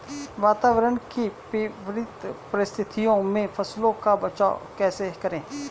वातावरण की विपरीत परिस्थितियों में फसलों का बचाव कैसे करें?